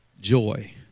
Joy